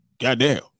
Goddamn